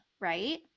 right